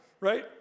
right